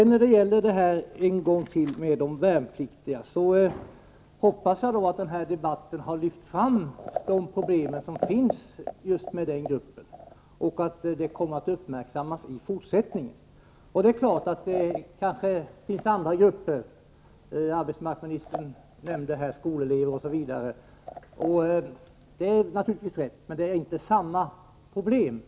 När det gäller de värnpliktiga vill jag säga en gång till att jag hoppas att debatten har lyft fram de problem som finns just med denna grupp, så att de kommer att uppmärksammas i fortsättningen. Det är klart att det finns även andra grupper — arbetsmarknadsministern nämnde t.ex. skolelever — som drabbas. Det är naturligtvis riktigt, men det är inte samma problem.